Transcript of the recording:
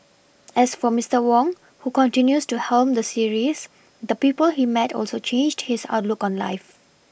as for Mister Wong who continues to helm the series the people he met also changed his outlook on life